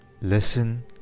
listen